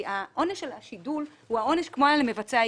כי העונש על שידול הוא כמו העונש על המבצע העיקרי.